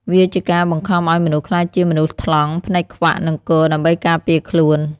វាជាការបង្ខំឱ្យមនុស្សក្លាយជាមនុស្សថ្លង់ ភ្នែកខ្វាក់ និងគ ដើម្បីការពារខ្លួន។